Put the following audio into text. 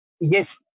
Yes